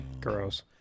Gross